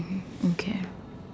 okay